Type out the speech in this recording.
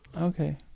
Okay